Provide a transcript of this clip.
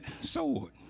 sword